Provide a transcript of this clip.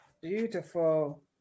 beautiful